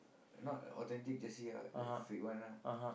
not authentic jersey ah like fake one ah